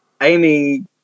Amy